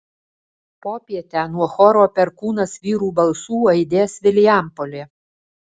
popietę nuo choro perkūnas vyrų balsų aidės vilijampolė